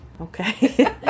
Okay